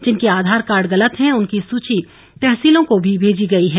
जिनके आधार कार्ड गलत हैं उनकी सूची तहसीलों को भी भेजी गई है